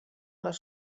les